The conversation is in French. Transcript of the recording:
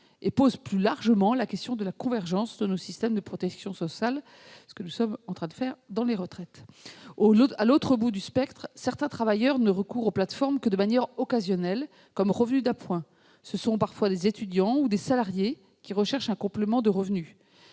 et pose, plus largement, la question de la convergence de nos systèmes de protection sociale, ce que nous sommes en train de faire à propos des retraites. À l'autre bout du spectre, certains travailleurs ne recourent aux plateformes que de manière occasionnelle, comme revenu d'appoint ; ce sont des étudiants ou des salariés qui recherchent un complément de revenu.